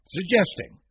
suggesting